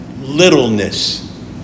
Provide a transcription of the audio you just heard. littleness